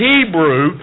Hebrew